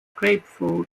grapefruit